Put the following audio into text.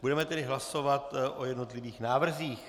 Budeme tedy hlasovat o jednotlivých návrzích.